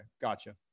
Gotcha